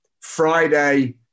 Friday